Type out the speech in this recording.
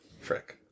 frick